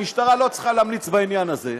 המשטרה לא צריכה להמליץ בעניין הזה.